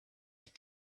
with